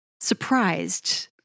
surprised